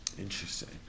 Interesting